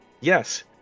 Yes